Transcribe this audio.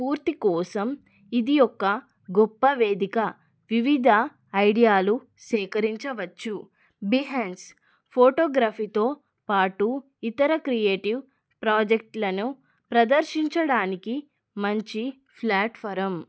స్ఫూర్తి కోసం ఇది ఒక గొప్పవేదిక వివిధ ఐడియాలు సేకరించవచ్చు బిహేండ్స్ ఫోటోగ్రఫీతో పాటు ఇతర క్రియేటివ్ ప్రాజెక్ట్లను ప్రదర్శించడానికి మంచి ప్లాట్ఫాం